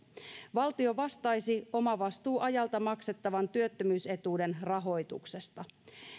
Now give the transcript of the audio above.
valtio vastaisi omavastuuajalta maksettavan työttömyysetuuden rahoituksesta